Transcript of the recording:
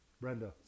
Brenda